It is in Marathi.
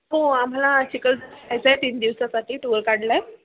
हो आम्हाला चिखलदरा जायचं आहे तीन दिवसासाठी टूर काढला आहे